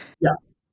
yes